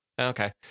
Okay